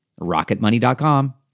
rocketmoney.com